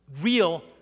real